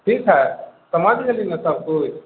ठीक हए समझ गेली ना सभकिछु